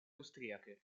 austriache